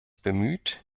bemüht